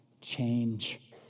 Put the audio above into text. change